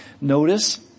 Notice